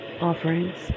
offerings